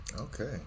Okay